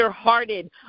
hearted